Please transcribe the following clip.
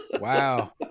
Wow